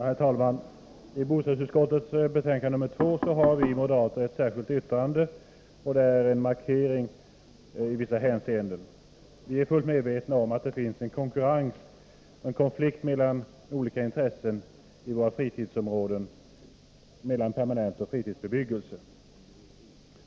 Herr talman! I bostadsutskottets betänkande 2 har vi moderater ett särskilt yttrande. Det är en markering i vissa hänseenden. Vi är fullt medvetna om att det finns en konflikt mellan olika intressen i våra fritidsområden mellan permanent bebyggelse och fritidsbebyggelse.